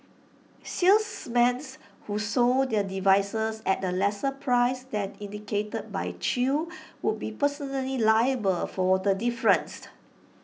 salesmen who sold the devices at A lesser price than indicated by chew would be personally liable for the difference